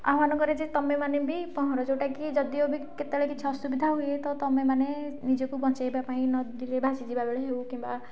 ଆହ୍ୱାନ କରେ ଯେ ତୁମେମାନେ ବି ପହଁର ଯେଉଁଟାକି ଯଦିଓ ବି କେତେବେଳେ କିଛି ଅସୁବିଧା ହୁଏ ତ ତୁମେମାନେ ନିଜକୁ ବଞ୍ଚେଇବାପାଇଁ ପାଇଁ ନଦୀରେ ଭାସିଯିବା ବେଳେ ହେଉ କିମ୍ବା